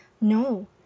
No